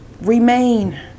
Remain